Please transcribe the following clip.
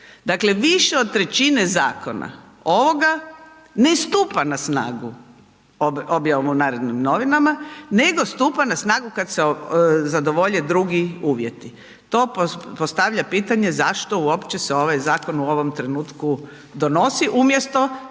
Dakle, više od trećine zakona ovoga ne stupa na snagu objavom u Narodnim novinama, nego stupa na snagu kad se zadovolje druge uvjeti. To postavlja pitanje zašto uopće se ovaj zakon u ovom trenutku donosi, umjesto